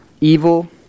evil